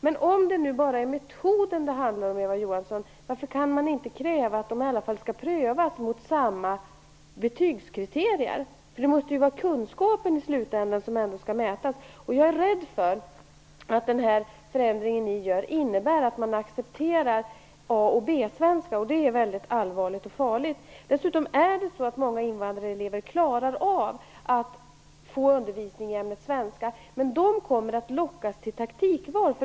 Men om det bara är metoden det handlar om, Eva Johansson, varför kan man då inte kräva att de skall prövas mot samma betygskriterier? Det måste väl i slutändan vara kunskapen som skall mätas? Jag är rädd för att den förändring ni gör innebär att man accepterar A och B-svenska, och det är mycket allvarligt och farligt. Dessutom är det så att många invandrarelever klarar av att få undervisningen i ämnet svenska, men de kommer att lockas till taktikval.